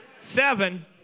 Seven